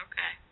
Okay